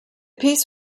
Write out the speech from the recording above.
piece